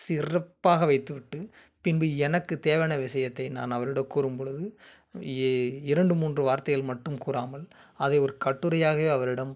சிறப்பாக வைத்து விட்டு பின்பு எனக்கு தேவையான விஷயத்தை நான் அவரிடம் கூறும்பொழுது இ இரண்டு மூன்று வார்த்தைகள் மட்டும் கூறாமல் அதை ஒரு கட்டுரையாகவே அவரிடம்